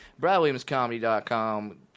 BradWilliamsComedy.com